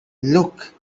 look